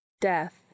death